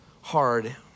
hard